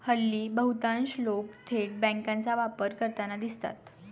हल्ली बहुतांश लोक थेट बँकांचा वापर करताना दिसतात